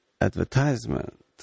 advertisement